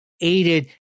aided